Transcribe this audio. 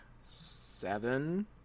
seven